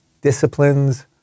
disciplines